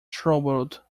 troubled